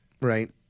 Right